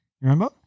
remember